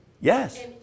Yes